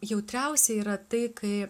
jautriausia yra tai kai